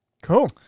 Cool